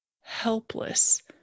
helpless